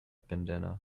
bandanna